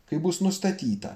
kai bus nustatyta